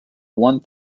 one